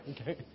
Okay